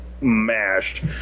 mashed